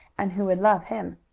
and who would love him.